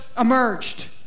emerged